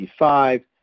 55